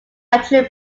antrim